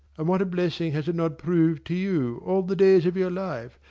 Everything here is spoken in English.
and what a blessing has it not proved to you, all the days of your life,